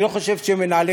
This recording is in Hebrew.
אני לא חושב שמנהלי